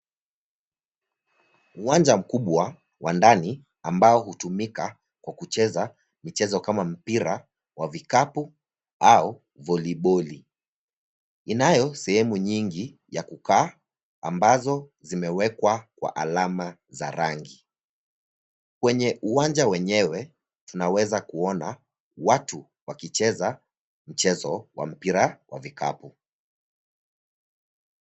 Uwanja mkubwa wa ndani ambao hutumika kwa kucheza michezo kama mpira wa vikapu au voliboli. Inayo sehemu nyingi ya kukaa ambazo zimewekwa kwa alama za rangi. Kwenye uwanja wenyewe, tunaweza kuona watu wakicheza mchezo wa mpira wa vikapu.